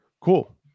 Cool